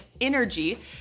energy